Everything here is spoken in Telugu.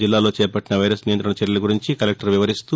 జిల్లాలో చేపట్టిన వైరస్ నియంత్రణ చర్యల గురించి కలెక్టర్ వివరిస్తూ